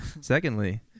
Secondly